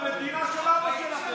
המדינה של אבא שלכם.